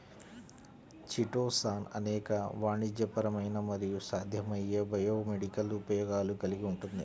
chitosan అనేక వాణిజ్యపరమైన మరియు సాధ్యమయ్యే బయోమెడికల్ ఉపయోగాలు కలిగి ఉంటుంది